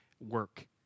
work